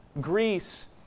Greece